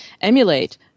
emulate